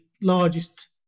largest